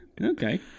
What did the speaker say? Okay